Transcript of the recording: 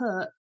put